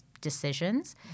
decisions